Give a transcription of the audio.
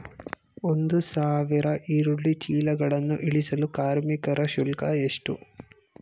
ಒಂದು ಸಾವಿರ ಈರುಳ್ಳಿ ಚೀಲಗಳನ್ನು ಇಳಿಸಲು ಕಾರ್ಮಿಕರ ಶುಲ್ಕ ಎಷ್ಟು?